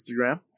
instagram